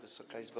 Wysoka Izbo!